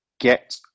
Get